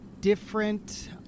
different